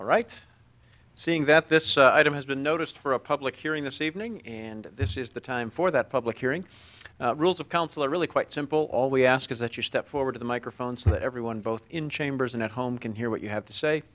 all right seeing that this item has been noticed for a public hearing this evening and this is the time for that public hearing rules of counsel are really quite simple all we ask is that your step forward to the microphone so that everyone both in chambers and at home can hear what you have to say